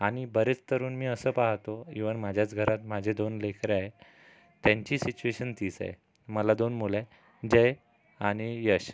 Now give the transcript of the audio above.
आणि बरेच तरुण मी अस पाहतो ईवन माझ्याच घरात माझे दोन लेकरं आहे त्यांची सिचुएशन तीच आहे मला दोन मुलं आहे जय आणि यश